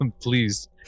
please